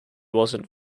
wasn’t